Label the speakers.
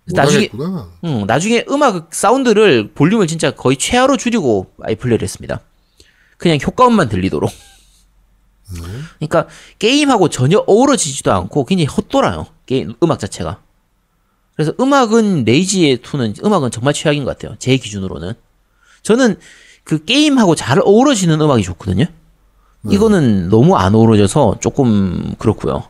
Speaker 1: 그래서
Speaker 2: 못
Speaker 1: 나중에-
Speaker 2: 하겠구나.
Speaker 1: 응, 나중에 음악 사운드를 볼륨을 진짜 거의 최하로 줄이고 아예 플레이를 했습니다. 그냥 효과음만 들리도록.
Speaker 2: 네.
Speaker 1: 그러니까 게임하고 전혀 어우러지지도 않고 굉장히 헛돌아요, 게임- 음악 자체가. 그래서 음악은 레이지의 2는 음악은 정말 최악인 것 같아요, 제 기준으로는. 저는 그 게임하고 잘 어우러지는 음악이 좋거든요?
Speaker 2: 네.
Speaker 1: 이거는 너무 안 어우러져서 조금 그렇고요.